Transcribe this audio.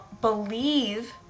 believe